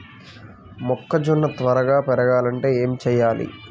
మొక్కజోన్న త్వరగా పెరగాలంటే ఏమి చెయ్యాలి?